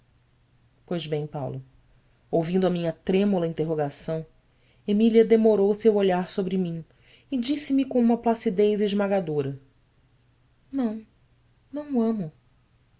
pois bem paulo ouvindo a minha trêmula interrogação emília demorou seu olhar sobre mim e disseme com uma placidez esmagadora ão não o amo